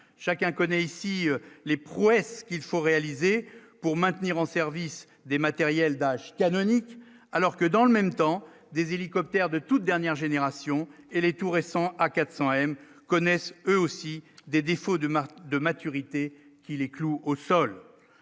chacun connaît ici les prouesses qu'il faut réaliser pour maintenir en service des matériels d'âge canonique, alors que dans le même temps, des hélicoptères de toute dernière génération et les tout récents A400M connaissent eux aussi des défauts de de maturité qui les cloue au sol